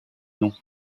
noms